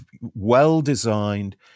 well-designed